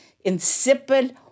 insipid